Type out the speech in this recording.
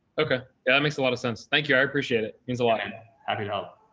okay. yeah. that makes a lot of sense. thank you. i appreciate it. it means a lot and happy to help.